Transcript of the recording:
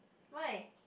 why